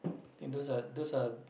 think those are those are